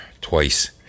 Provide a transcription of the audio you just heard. twice